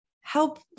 help